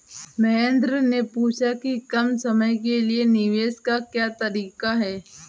महेन्द्र ने पूछा कि कम समय के लिए निवेश का क्या तरीका है?